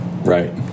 right